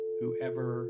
whoever